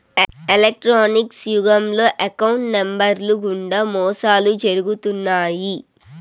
electronics యుగంలో account నెంబర్లు గుండా మోసాలు జరుగుతున్నాయి